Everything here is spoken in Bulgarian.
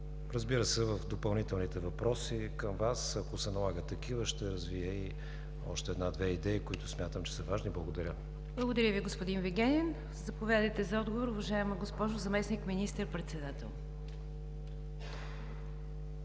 Разбира се, в допълнителните въпроси към Вас, ако се налагат такива, ще развия и още една-две идеи, които смятам, че са важни. Благодаря. ПРЕДСЕДАТЕЛ НИГЯР ДЖАФЕР: Благодаря Ви, господин Вигенин. Заповядайте за отговор, уважаема госпожо Заместник министър-председател.